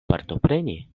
partopreni